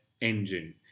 engine